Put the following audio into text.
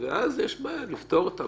ואז יש בעיה - נפתור אותה.